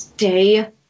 Stay